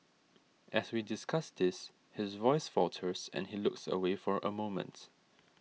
as we discuss this his voice falters and he looks away for a moment